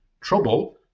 trouble